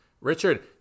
richard